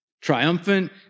triumphant